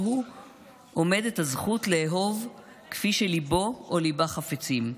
הוא עומדת הזכות לאהוב כפי שליבו או ליבה חפצים,